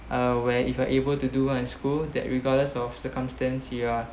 uh where if you are able to do well in school that regardless of circumstance you are